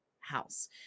house